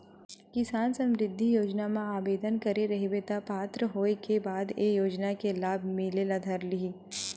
किसान समरिद्धि योजना म आबेदन करे रहिबे त पात्र होए के बाद ए योजना के लाभ मिले ल धर लिही